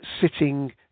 sitting